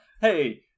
hey